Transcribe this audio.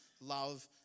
love